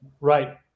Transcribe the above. right